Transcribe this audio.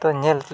ᱛᱚ ᱧᱮᱞ ᱪᱚ